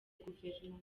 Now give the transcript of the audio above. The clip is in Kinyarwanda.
guverinoma